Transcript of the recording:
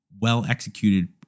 well-executed